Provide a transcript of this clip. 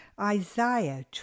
Isaiah